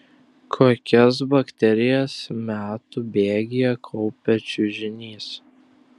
kokias bakterijas metų bėgyje kaupia čiužinys